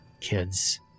kids